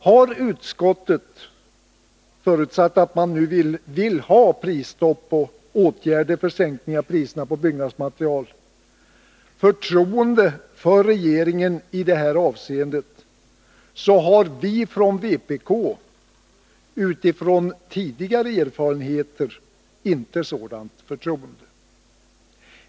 Har utskottet — förutsatt att man nu vill ha prisstopp och åtgärder för sänkning av priserna på byggnadsmaterial — förtroende för regeringen i detta avseende, så har vi från vpk däremot utifrån tidigare erfarenheter inte sådant förtroende.